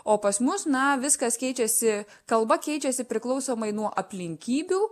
o pas mus na viskas keičiasi kalba keičiasi priklausomai nuo aplinkybių